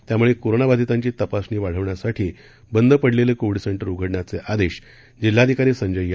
त्यामुळे कोरोना बाधितांची तपासणी वाढविण्यासाठी बंद पडलेले कोविड सेंटर उघडण्याचे आदेश जिल्हाधिकारी संजय यादव यांनी दिले आहेत